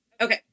Okay